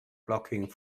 blocking